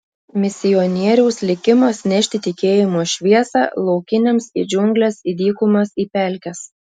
misionieriaus likimas nešti tikėjimo šviesą laukiniams į džiungles į dykumas į pelkes